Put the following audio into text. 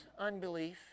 unbelief